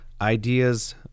ideas